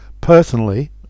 personally